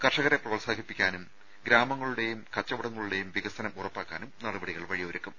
കർഷകരെ പ്രോത്സാഹിപ്പിക്കാനും ഗ്രാമങ്ങളുടെയും കച്ചവടങ്ങളുടെയും വികസനം ഉറപ്പാക്കാനും നടപടികൾ വഴിയൊരുക്കും